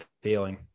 feeling